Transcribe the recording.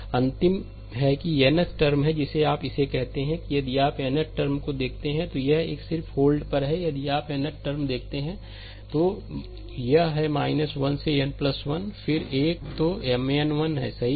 यह अंतिम है कि nth टर्म है जिसे आप इसे कहते हैं यदि आप n th टर्म देखते हैं तो यह सिर्फ होल्ड पर है यदि आप nth टर्म देखते हैं तो यह है 1 से n 1 फिर एक 1 तो Mn1 सही